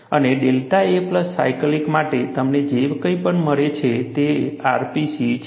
અને delta a plus cyclic માટે તમને જે કંઈ પણ મળે છે તે rpc છે